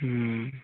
ও